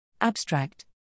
Abstract